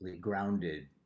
grounded